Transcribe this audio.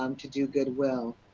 um to do goodwill.